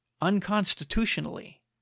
unconstitutionally